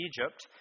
Egypt